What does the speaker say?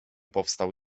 powstał